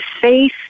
faith